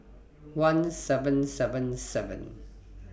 one seven seven seven